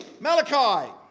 Malachi